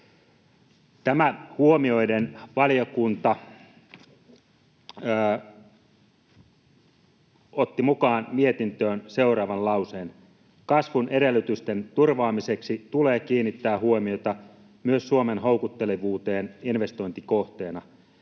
Tämä huomioiden valiokunta otti mukaan mietintöön seuraavan lauseen: ”Kasvun edellytysten turvaamiseksi tulee kiinnittää huomiota myös Suomen houkuttelevuuteen investointikohteena.